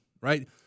Right